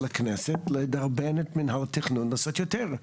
הכנסת לדרבן את מינהל התכנון לעשות יותר.